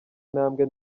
intambwe